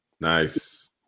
Nice